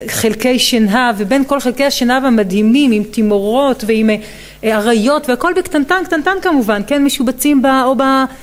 חלקי שנהב, ובין כל חלקי השנהב המדהימים עם תימורות ועם אריות, והכול בקטנטן קטנטן כמובן, כן? משובצים ב... או ב...